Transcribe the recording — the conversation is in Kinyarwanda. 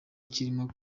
kirimo